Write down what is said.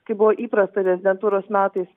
kaip buvo įprasta rezidentūros metais